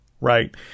right